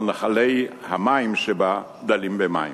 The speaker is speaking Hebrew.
אבל נחלי המים שבה דלים במים.